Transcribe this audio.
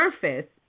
surface